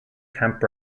camp